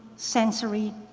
sensory,